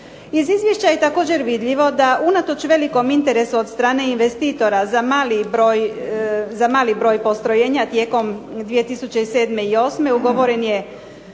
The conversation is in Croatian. Iz izvješća je također vidljivo da unatoč velikom interesu od strane investitora za mali broj postrojenja tijekom 2007. i 2008. ugovoren je